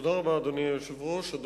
אדוני היושב-ראש, תודה רבה.